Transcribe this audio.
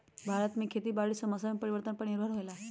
भारत में खेती बारिश और मौसम परिवर्तन पर निर्भर होयला